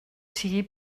sigui